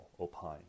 Opine